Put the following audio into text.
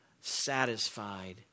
satisfied